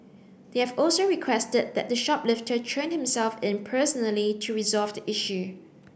they have also requested that the shoplifter turn himself in personally to resolve the issue